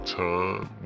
time